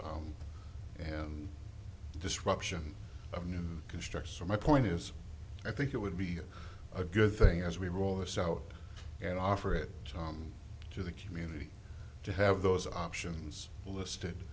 and disruption of new constructs so my point is i think it would be a good thing as we roll this out and offer it to the community to have those options listed